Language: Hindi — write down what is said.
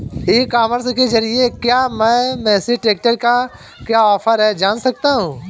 ई कॉमर्स के ज़रिए क्या मैं मेसी ट्रैक्टर का क्या ऑफर है जान सकता हूँ?